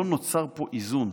לא נוצר פה איזון.